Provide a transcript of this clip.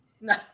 No